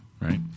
right